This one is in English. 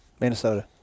Minnesota